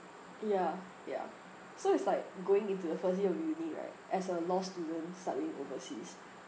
ya ya so it's like going into the first year of uni right as a law student studying overseas